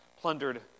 plundered